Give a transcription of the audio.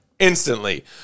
Instantly